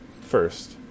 First